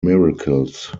miracles